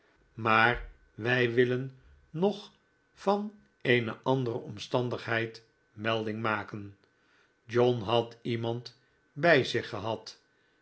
maar wij willen nog van eene andere omstandigheid melding maken john had iemand bij zich gehad